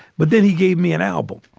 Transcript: but then he gave me an album,